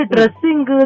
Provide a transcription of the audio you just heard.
Dressing